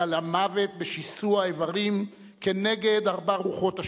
אלא למוות בשיסוע האיברים כנגד ארבע רוחות השמים.